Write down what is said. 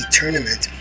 tournament